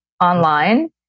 online